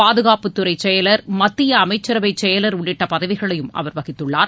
பாதுகாப்புத்துறை செயலர் மத்திய அமைச்சரவைச் செயலர் உள்ளிட்ட பதவிகளையும் அவர் வகித்கள்ளார்